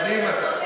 מדהים אתה.